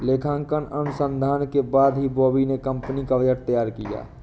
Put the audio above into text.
लेखांकन अनुसंधान के बाद ही बॉबी ने कंपनी का बजट तैयार किया